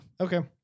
Okay